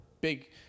Big